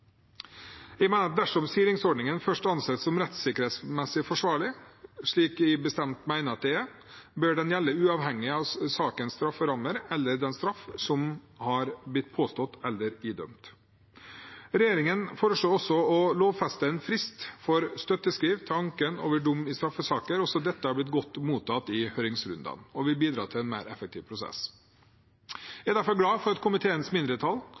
Jeg mener at dersom silingsordningen først anses som rettssikkerhetsmessig forsvarlig, noe som jeg bestemt mener at den er, bør den gjelde uavhengig av sakenes strafferammer og den straff som har blitt påstått eller idømt. Regjeringen foreslår også å lovfeste en frist for støtteskriv til anke over dom i straffesaker. Også dette har blitt godt mottatt i høringsrundene og vil bidra til en mer effektiv prosess. Jeg er derfor glad for at komiteens mindretall,